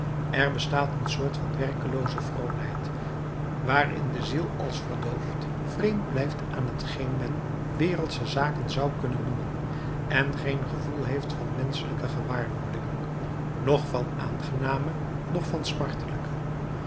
er bestaat een soort van werkelooze vroomheid waarin de ziel als verdoofd vreemd blijft aan t geen men wereldsche zaken zou kunnen noemen en geen gevoel heeft van menschelijke gewaarwordingen noch van aangename noch van